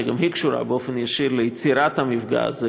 שגם היא קשורה באופן ישיר ליצירת המפגע הזה,